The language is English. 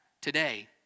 today